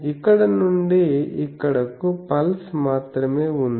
ఇక్కడ నుండి ఇక్కడకు పల్స్ మాత్రమే ఉంది